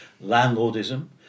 landlordism